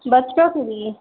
बच्चों के लिए